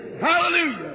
Hallelujah